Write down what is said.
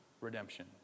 redemption